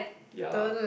ya